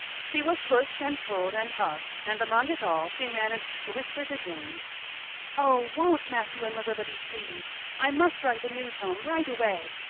she was pushed and pulled and hugged and among it all she managed to whisper to jane oh, won't matthew and marilla be pleased! i must write the news home right away.